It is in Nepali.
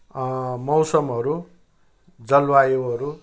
मौसमहरू जलवायुहरू